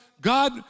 God